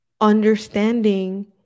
understanding